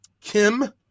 Kim